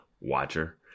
watcher